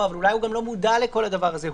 אבל אולי הוא גם לא מודע לכל הדבר הזה.